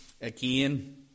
again